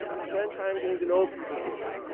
spend time getting to know people here.